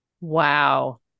Wow